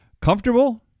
comfortable